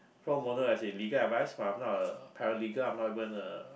pro bono as in legal advice but I'm not paralegal I'm not even a